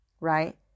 right